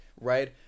right